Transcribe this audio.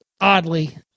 Oddly